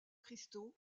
cristaux